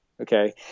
Okay